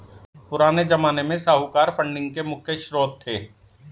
पुराने ज़माने में साहूकार फंडिंग के मुख्य श्रोत थे